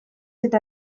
eta